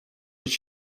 być